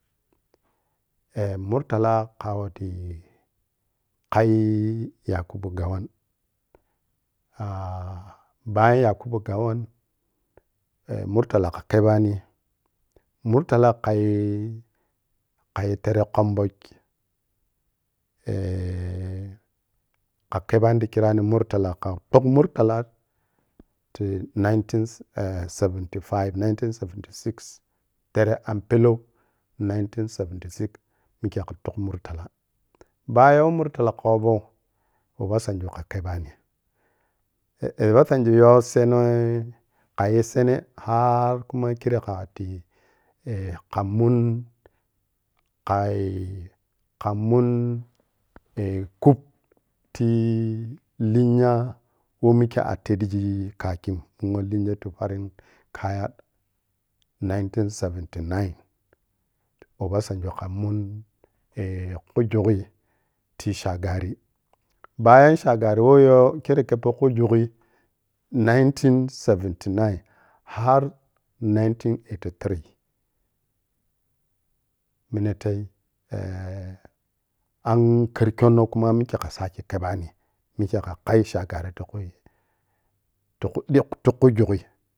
Eh murtala kha wati khai yakubu gawan ah bayan yakubu gawan eh murtala kha khebani murtala khai, ihayi tere kwombiji eh kha khebani ti chirano murtala, kha lepit murtala ti nineteen seventy five. nineteen seventy six tere an pelau nineteen seventy six mikhe ka lepuk murtala. Bayan woh murtala kohbou obasanjo kha khebani eh obasanjo woh senevi kayi sene han khumo khire ka wati kha mun khai khamun kup ti linyo weh mikha a teɓɓa thankim, numsho linya ti fariu khayo nineteen seventy nine obasanjo ka mun khu thughui ti shagari baya shagari weh yo khero keppo ichu jughi nineteen seventy nine har nineteen eighty three. minetan ehh an icher kyunno kuma mikhe ka sake kebba ni mikhhi kakhai shagari tukhui tukhuɓi tukhujughui